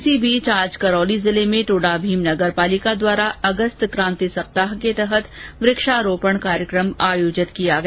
इसी बीच करौली जिले में टोडामीम नगर पालिका द्वारा अगस्त क्रांति सप्ताह के तहत आज वक्षारोपण कार्यक्रम आयोजित किया गया